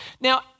Now